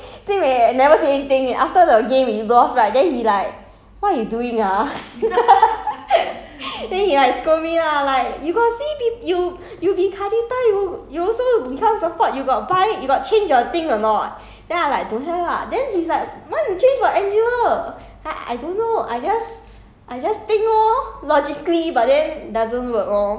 what the hell you buying what angela what you doing then jing wei never say anything eh after the game we lost right then he like what you doing ah then he like scold me lah like you got see pe~ you you be kadita you you also become support you got buy you got change your thing or not then I like don't have lah then he's like why you change for angela then I don't know I just